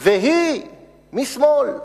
והיא, משמאל,